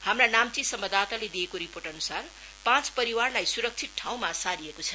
हाम्रा नाम्ची सम्बाददाताले दिएको रिपोर्ट अनुसार पाँच परिवारलाई सुरक्षित ठाउँमा सारिएको छ